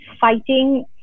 fighting